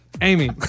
Amy